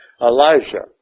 Elijah